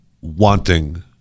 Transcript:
wanting